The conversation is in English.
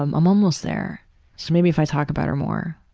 um i'm almost there, so maybe if i talk about her more,